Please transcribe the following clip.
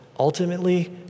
Ultimately